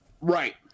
Right